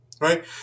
right